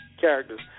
characters